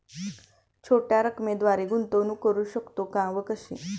छोट्या रकमेद्वारे गुंतवणूक करू शकतो का व कशी?